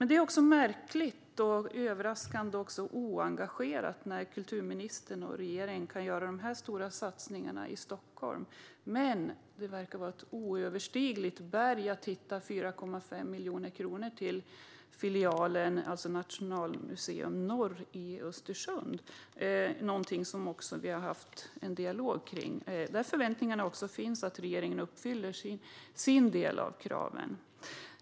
Det är märkligt och överraskande att kulturministern och regeringen kan göra dessa stora satsningar i Stockholm medan det verkar vara som ett oöverstigligt berg att hitta 4,5 miljoner kronor till filialen Nationalmuseum Norr i Östersund, något som vi också haft en dialog kring. Där är förväntningarna att regeringen uppfyller sin del när det gäller kraven.